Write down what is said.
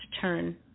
turn